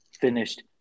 finished